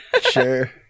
Sure